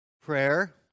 Prayer